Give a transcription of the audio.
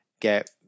get